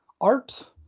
art